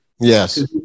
Yes